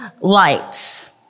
lights